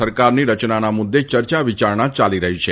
સરકારની રચનાના મુદ્દે ચર્ચા વિચારણા ચાલી રહી છે